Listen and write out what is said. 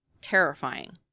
terrifying